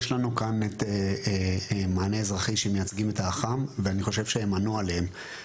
יש לנו כאן את מענה אזרחי שמייצגים את האח"מ ואני חושב שהם ענו עליהן,